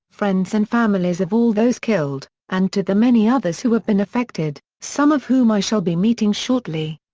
friends and families of all those killed, and to the many others who have been affected, some of whom i shall be meeting shortly.